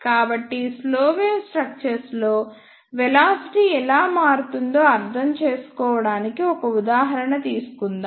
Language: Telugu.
కాబట్టి స్లో వేవ్ స్ట్రక్చర్స్ లో వెలాసిటీ ఎలా మారుతుందో అర్థం చేసుకోవడానికి ఒక ఉదాహరణ తీసుకుందాం